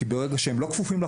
כי ברגע שהם לא כפופים לחוק,